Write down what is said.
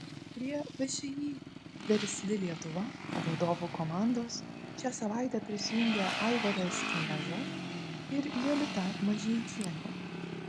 prie všį versli lietuva vadovų komandos šią savaitę prisijungė aivaras knieža ir jolita mažeikienė